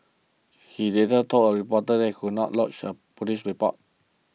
he later told a reporter that he would not lodge a police report